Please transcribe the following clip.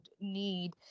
need